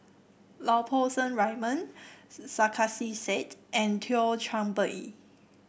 Lau Poo Seng Raymond Sarkasi Said and Thio Chan Bee